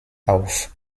auf